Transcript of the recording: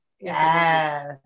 Yes